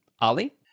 Ali